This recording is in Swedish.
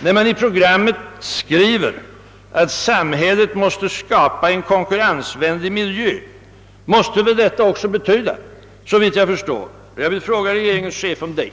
När man i programmet skriver att samhället måste skapa en konkurrensvänlig miljö, vill jag fråga regeringens chef om inte detta måste betyda